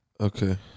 Okay